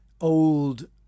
old